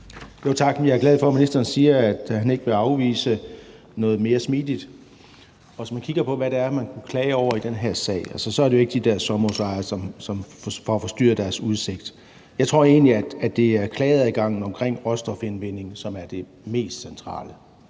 Tak. Jeg er glad for, at ministeren siger, han ikke vil afvise noget mere smidigt. Hvis man kigger på, hvad det er, man kunne klage over i den her sag, så er det jo ikke de der sommerhusejere, som får forstyrret deres udsigt; jeg tror egentlig, at det er klageadgangen om råstofindvinding, som er det mest centrale.